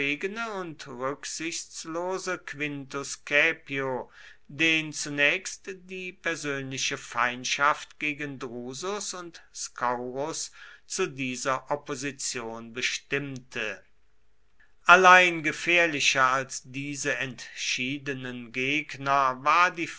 und rücksichtslose quintus caepio den zunächst die persönliche feindschaft gegen drusus und scaurus zu dieser opposition bestimmte allein gefährlicher als diese entschiedenen gegner war